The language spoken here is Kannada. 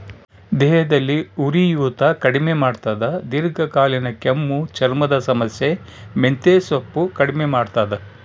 ದೇಹದಲ್ಲಿ ಉರಿಯೂತ ಕಡಿಮೆ ಮಾಡ್ತಾದ ದೀರ್ಘಕಾಲೀನ ಕೆಮ್ಮು ಚರ್ಮದ ಸಮಸ್ಯೆ ಮೆಂತೆಸೊಪ್ಪು ಕಡಿಮೆ ಮಾಡ್ತಾದ